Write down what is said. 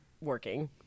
working